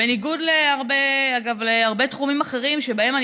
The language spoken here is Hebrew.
בניגוד להרבה תחומים אחרים שבהם אני